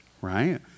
right